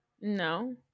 No